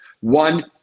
one